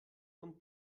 und